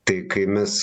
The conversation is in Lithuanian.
tai kai mes